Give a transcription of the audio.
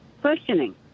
questioning